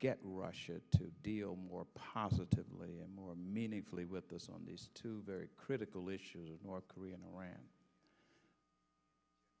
get russia to deal more positively and more meaningfully with us on these two very critical issues of north korea and iran